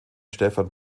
stefan